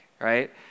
right